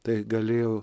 tai galėjo